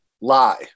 lie